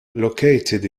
located